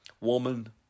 woman